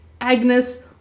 Agnes